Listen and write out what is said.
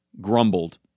grumbled